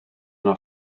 yno